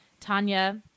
Tanya